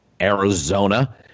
Arizona